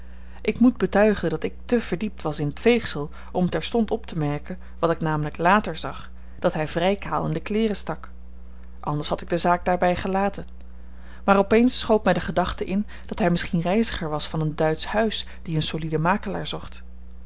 ik moet betuigen dat ik te verdiept was in t veegsel om terstond optemerken wat ik namelyk later zag dat hy vry kaal in de kleeren stak anders had ik de zaak daarby gelaten maar op eens schoot my de gedachte in dat hy misschien reiziger was van een duitsch huis die een solieden makelaar zocht